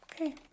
Okay